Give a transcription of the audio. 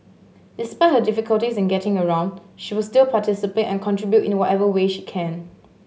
despite her difficulties in getting around she will still participate and contribute in whatever way she can